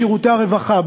בשירותי הרווחה,